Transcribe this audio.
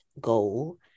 goal